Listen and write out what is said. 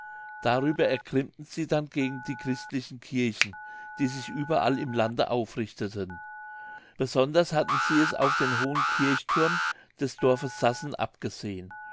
darüber ergrimmten sie denn gegen die christlichen kirchen die sich überall im lande aufrichteten besonders hatten sie es auf den hohen kirchthurm des dorfes sassen abgesehen